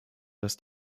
dass